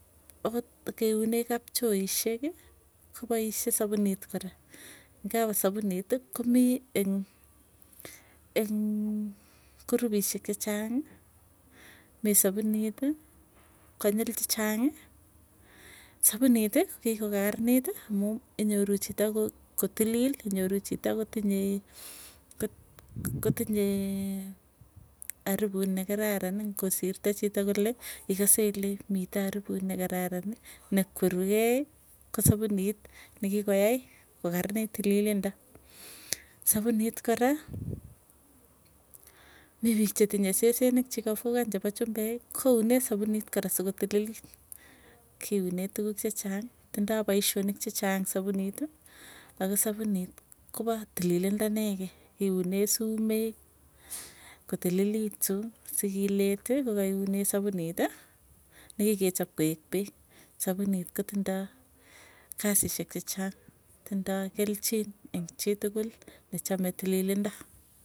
Akot keunee kapchoisyeki kopoisye sapunit kora, ingawa sapuniti komii eng eng groups chechang'ii. Mii sapuniti, konyil chechang'ii, sapuniti kikokarniti amuu inyoru chito ko kotilil nyoru chito kotinye kot kotinye aruput nekararan ngosirto chito kole ikase ile mitei aruput nekararani, nekwerukei ko sapunit nikikoyai kokarnit tililindo. Sapunit kora mii piik chetinye sesenik chikafugan chepo chumbek, kounee sapuniit kora sokotililit, kiunee tuguk chechang tindoo paisyonik chechang sapuniti ako sapunit kopa tililindo nekei kiune sumek, kotililitu sikileti kokaiunee sapuniti, nikikechap koek peek. Sapunit kotindoo kasisiekchechang tindoo kelchin eng chitukul nechame tililindo.